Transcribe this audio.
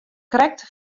krekt